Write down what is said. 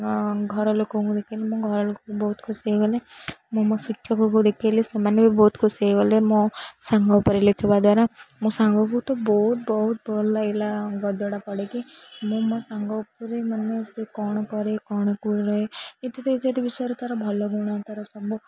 ଘର ଲୋକଙ୍କୁ ଦେଖାଇଲି ମୋ ଘରଲୋକ ବହୁତ ଖୁସି ହୋଇଗଲେ ମୁଁ ମୋ ଶିକ୍ଷକକୁ ଦେଖାଇଲି ସେମାନେ ବି ବହୁତ ଖୁସି ହୋଇଗଲେ ମୋ ସାଙ୍ଗ ଉପରେ ଲେଖିବା ଦ୍ୱାରା ମୋ ସାଙ୍ଗକୁ ତ ବହୁତ ବହୁତ ଭଲ ଲାଗିଲା ଗଦ୍ୟଟା ପଢ଼ିକି ମୁଁ ମୋ ସାଙ୍ଗ ଉପରେ ମାନେ ସେ କ'ଣ କରେ କ'ଣ କରେ ଇତ୍ୟାଦି ଇତ୍ୟାଦି ବିଷୟରେ ତା'ର ଭଲ ଗୁଣ ତା'ର ସବୁ